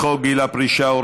חוקה.